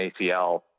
ACL